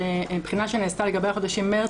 שבחינה שנעשתה לגבי החודשים מרץ,